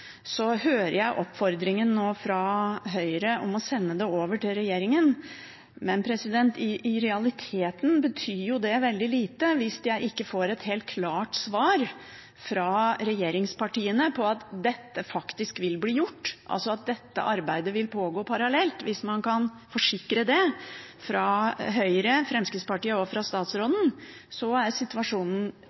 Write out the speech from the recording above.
hører jeg oppfordringen fra Høyre nå om å sende dette videre til regjeringen, men i realiteten betyr jo det veldig lite hvis jeg ikke får et helt klart svar fra regjeringspartiene på at dette faktisk vil bli gjort, altså at dette arbeidet vil pågå parallelt. Hvis man kan forsikre om det – fra Høyre, Fremskrittspartiet og fra statsråden – er situasjonen